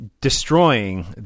destroying